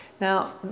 Now